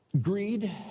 greed